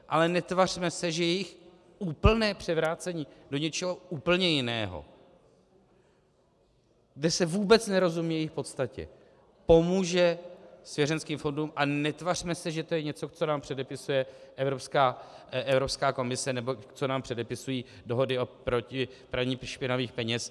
Ale netvařme se, že jejich úplné převrácení do něčeho úplně jiného, kde se vůbec nerozumí jejich podstatě, pomůže svěřeneckým fondům, a netvařme se, že to je něco, co nám předepisuje Evropská komise nebo co nám předepisují dohody proti praní špinavých peněz.